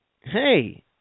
Hey